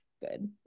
Good